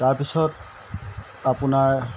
তাৰপিছত আপোনাৰ